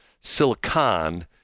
Silicon